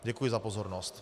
Děkuji za pozornost.